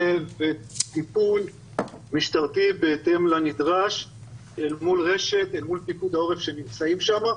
וטיפול משטרתי בהתאם לנדרש אל מול פיקוד העורף שנמצאים שם,